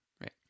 right